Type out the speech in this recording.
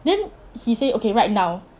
then he said okay write now